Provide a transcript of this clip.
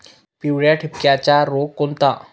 पिवळ्या ठिपक्याचा रोग कोणता?